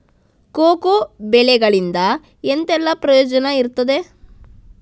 Cocoa ಬೆಳೆಗಳಿಂದ ಎಂತೆಲ್ಲ ಪ್ರಯೋಜನ ಇರ್ತದೆ?